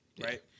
right